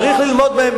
צריך ללמוד מהם.